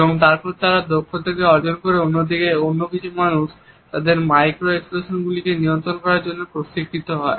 এবং তারপর তারা এই দক্ষতাকে অর্জন করে অন্যদিকে অন্য কিছু মানুষ তাদের মাইক্রো এক্সপ্রেশন গুলিকে নিয়ন্ত্রণ করার জন্য প্রশিক্ষিত হয়